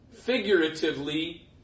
Figuratively